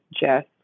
Jess